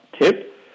tip